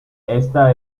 esta